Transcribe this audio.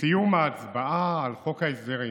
בסיום ההצבעה על חוק ההסדרים